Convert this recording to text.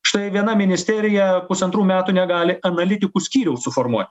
štai viena ministerija pusantrų metų negali analitikų skyriaus suformuot